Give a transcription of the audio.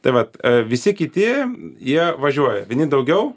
tai vat visi kiti jie važiuoja vieni daugiau